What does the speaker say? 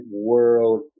world